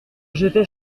j’étais